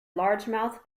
largemouth